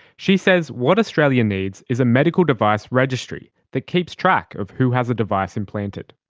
she says what australia needs is a medical device registry that keeps track of who has a device implanted.